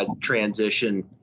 transition